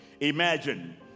imagine